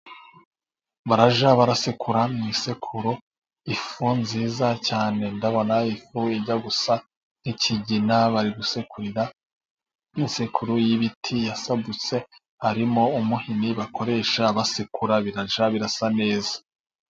Barajya barasekura mu isekuru ifu nziza cyane, ndabona ifu ijya gusa nki'kigina, bari gusekurira mu insekuru y'ibiti yasadutse, harimo umuhini bakoresha basekura birajya birasa neza.